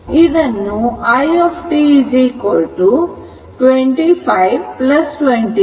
ಇದನ್ನು i t 25 25 e 0